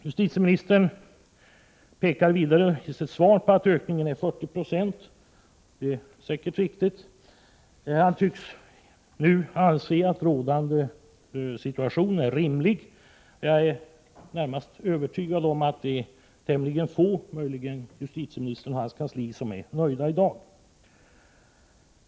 Justitieministern pekar sitt svar på att ökningen är 40 96, och det är säkert riktigt. Han tycks nu anse att rådande situation är rimlig, men jag är närmast övertygad om att det är tämligen få — möjligen justitieministern och hans kansli — som är nöjda i dag.